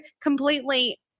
completely